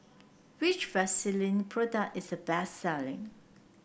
which Vagisil product is the best selling